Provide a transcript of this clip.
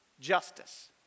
justice